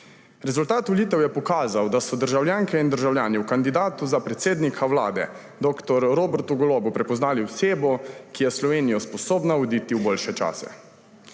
Rezultat volitev je pokazal, da so državljanke in državljani v kandidatu za predsednika Vlade dr. Robertu Golobu prepoznali osebo, ki je Slovenijo sposobna voditi v boljše čase.